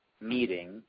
meeting